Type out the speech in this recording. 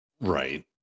Right